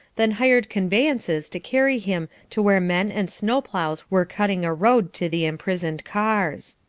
then hired conveyances to carry him to where men and snow-ploughs were cutting a road to the imprisoned cars.